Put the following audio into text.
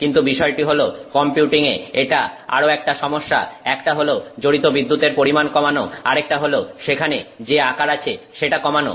কিন্তু বিষয়টি হলো কম্পিউটিং এ এটা আরও একটা সমস্যা একটা হল জড়িত বিদ্যুতের পরিমাণ কমানো আরেকটা হল সেখানে যে আকার আছে সেটা কমানো